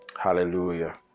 hallelujah